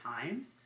time